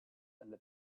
and